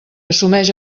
assumeix